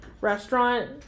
restaurant